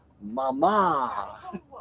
mama